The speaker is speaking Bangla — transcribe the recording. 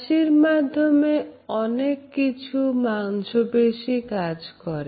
হাসির সময় অনেক কিছু মাংসপেশি কাজ করে